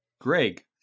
Greg